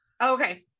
Okay